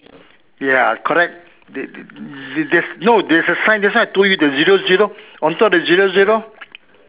ya correct there there there's no there's a sign that's why I told you the zero zero on top the zero zero